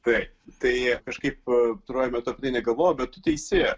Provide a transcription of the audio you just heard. taip tai kažkaip pastaruoju metu apie tai negalvojau bet tu teisi